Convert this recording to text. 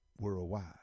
worldwide